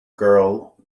girl